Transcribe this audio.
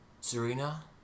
Serena